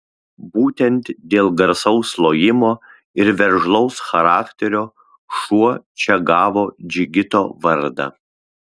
būtent dėl garsaus lojimo ir veržlaus charakterio šuo čia gavo džigito vardą